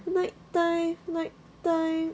night time night time